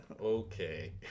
okay